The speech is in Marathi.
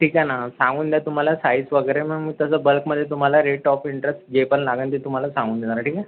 ठीक आहे ना सांगून द्या तुम्हाला साइज वगैरे मग मी तसं बल्कमध्ये तुम्हाला रेट ऑफ इंटरेस्ट जे पण लागेल ते तुम्हाला सांगून देणार ठीक आहे